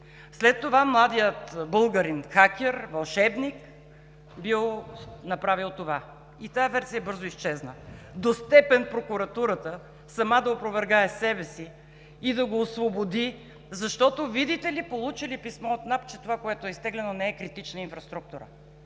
След това младият българин – хакер, вълшебник, бил направил това. И тази версия бързо изчезна до степен прокуратурата сама да опровергае себе си и да го освободи, защото, видите ли, получили писмо от НАП, че това, което е изтеглено, не е критична инфраструктура.